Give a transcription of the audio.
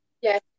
Yes